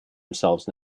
themselves